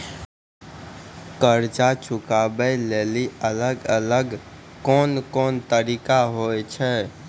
कर्जा चुकाबै लेली अलग अलग कोन कोन तरिका होय छै?